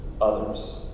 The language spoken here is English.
others